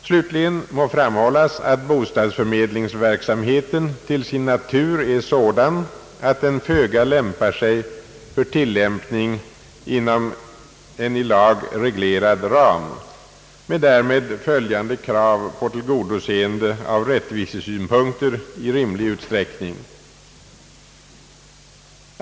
Slutligen må framhållas att bostadsförmedlingsverksamheten till sin natur är sådan att den föga passar för tillämpning inom en i lag reglerad ram med därav följande krav på tillgodoseende av rättvisesynpunkter i rimlig utsträckning.